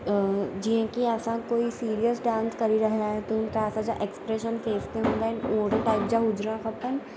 जीअं की असां कोई सीरियस डांस करे रहिया आहियूं त हुन जा एक्सप्रेशन फेस ते हूंदा आहिनि ओहिड़े टाइप जा हुजणु खपनि